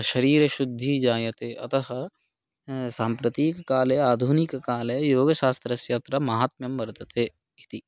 शरीरशुद्धिः जायते अतः साम्प्रतिककाले आधुनिककाले योगशास्त्रस्य अत्र माहात्म्यं वर्तते इति